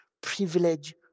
Privilege